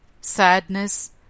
sadness